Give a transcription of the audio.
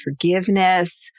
forgiveness